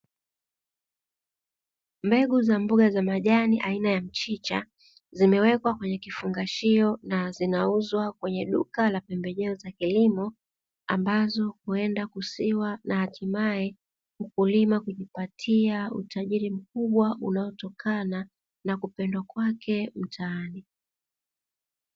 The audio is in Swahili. Mbegu za mboga za majani aina ya mchicha zimewekwa kwenye kifungashio na zinauzwa kwenye duka la pembejeo za kilimo ambazo huenda kusiwa na hatimaye mkulima kijipatia utajiri mkubwa unaotokana na kupendwa kwake mtaani.